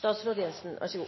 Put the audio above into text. ser frem til